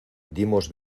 dimos